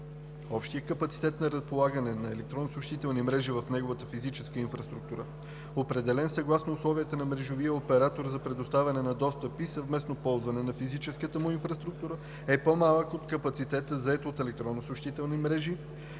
общият капацитет за разполагане на електронни съобщителни мрежи в неговата физическа инфраструктура, определен съгласно условията на мрежовия оператор за предоставяне на достъп до и съвместно ползване на физическата му инфраструктура, е по-малък от капацитета, зает от електронни съобщителни мрежи,